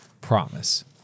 promise